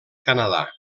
canadà